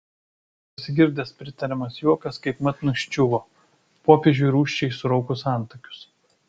pasigirdęs pritariamas juokas kaipmat nuščiuvo popiežiui rūsčiai suraukus antakius